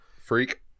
Freak